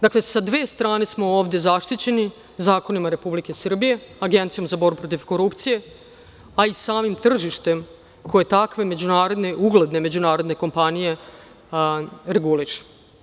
Dakle, sa dve strane smo ovde zaštićeni zakonima Republike Srbije, Agencijom za borbu protiv korupcije, a i samim tržištem koje takve ugledne međunarodne kompanije regulišu.